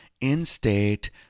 in-state